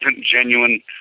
genuine